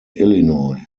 illinois